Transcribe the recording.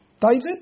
David